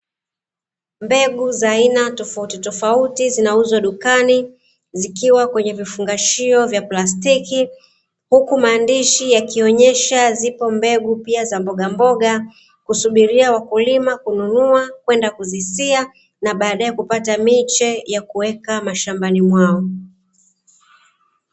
Mbegu za aina tofautitofauti zinauzwa dukani, zikiwa kwenye vifungashio vya plastiki. Huku maandishi yakionyesha zipo mbegu pia za mbogamboga, kusubiria wakulima kununua kwenda kuzisia, na baadae kupata miche ya kuweka mashambani mwao.